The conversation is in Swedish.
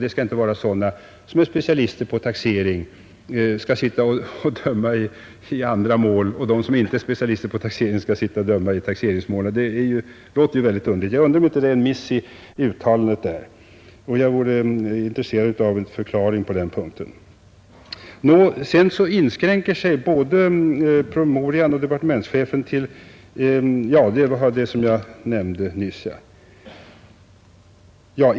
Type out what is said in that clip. Det bör inte vara så att specialister på taxering skall få döma i andra mål än taxeringsmål medan de som inte är specialister på taxeringsmål skall få sitta och döma i sådana. Det låter ju väldigt underligt. Jag undrar om inte detta är ett förbiseende i departementschefens uttalande, och jag vore intresserad av en förklaring på denna punkt.